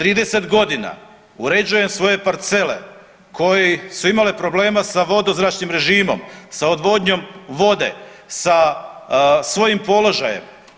30 godina uređujem svoje parcele koje su imale problema sa vodozračnim režimom, sa odvodnjom vode, sa svojim položajem.